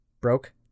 Broke